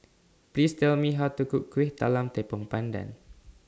Please Tell Me How to Cook Kuih Talam Tepong Pandan